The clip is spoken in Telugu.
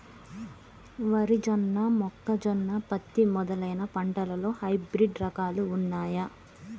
వరి జొన్న మొక్కజొన్న పత్తి మొదలైన పంటలలో హైబ్రిడ్ రకాలు ఉన్నయా?